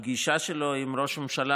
הפגישה שלו עם ראש הממשלה,